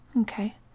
Okay